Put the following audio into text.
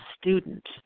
student